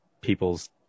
people's